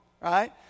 Right